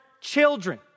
children